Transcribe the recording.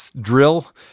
drill